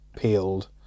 peeled